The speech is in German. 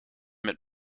mit